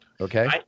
Okay